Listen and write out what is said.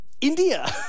India